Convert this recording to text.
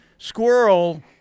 squirrel